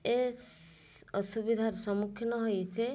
ଏ ଅସୁବିଧାର ସମ୍ମୁଖୀନ ହୋଇ ସେ